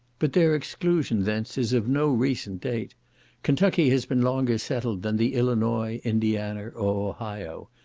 but their exclusion thence is of no recent date kentucky has been longer settled than the illinois, indiana, or ohio,